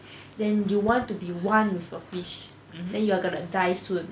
then you want to be one with your fish then you are gonna die soon